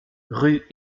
rue